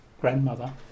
grandmother